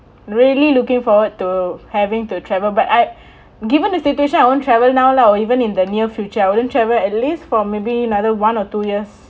really looking forward to having to travel back I given the situation I won't travel now lah or even in the near future I wouldn't travel at least for maybe another one or two years